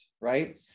right